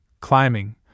climbing